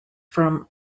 from